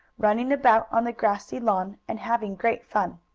running about on the grassy lawn, and having great fun.